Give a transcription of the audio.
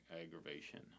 aggravation